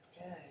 Okay